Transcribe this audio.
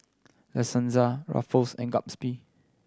La Senza Ruffles and Gatsby